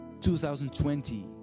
2020